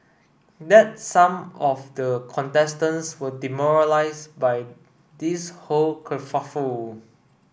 that some of the contestants were demoralised by this whole kerfuffle